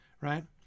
right